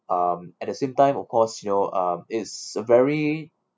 um at the same time of course you know um is a very